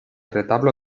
retablo